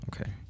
okay